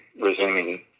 resuming